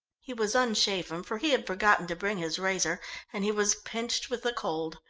he was unshaven for he had forgotten to bring his razor and he was pinched with the cold.